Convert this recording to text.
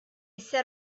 set